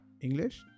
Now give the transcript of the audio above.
english